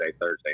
Thursday